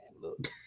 Look